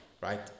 right